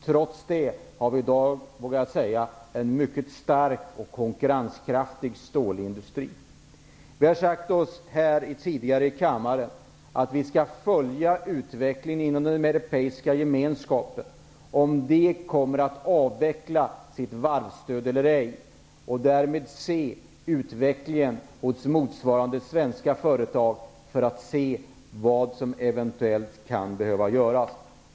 Trots det har vi i dag en mycket stark och konkurrenskraftig stålindustri. Vi har sagt tidigare här i kammaren att vi skall följa utvecklingen inom den europeiska gemenskapen för att se om de kommer att avveckla sitt varvsstöd eller ej. Vi skall också titta på utvecklingen hos motsvarande svenska företag för att se vad som eventuellt kan behöva göras.